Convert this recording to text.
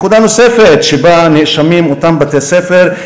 נקודה נוספת שבה נאשמים אותם בתי-ספר: